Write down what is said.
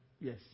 Yes